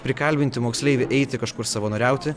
prikalbinti moksleivį eiti kažkur savanoriauti